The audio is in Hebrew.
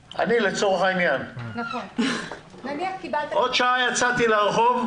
אחרי שעה יצאתי שוב לרחוב.